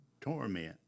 torment